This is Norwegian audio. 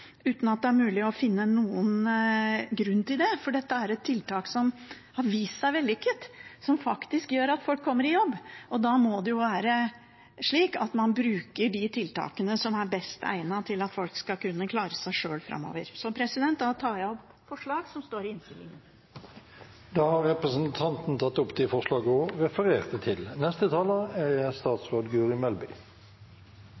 uten at det er mulig å finne noen grunn til det, for dette er et tiltak som har vist seg å være vellykket, som faktisk gjør at folk kommer i jobb. Og det må jo være slik at man bruker de tiltakene som er best egnet til at folk skal kunne klare seg sjøl framover. Så da tar jeg opp vårt forslag som står i innstillingen. Da har representanten Karin Andersen tatt opp det forslaget hun refererte til.